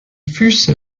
füße